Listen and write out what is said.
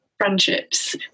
friendships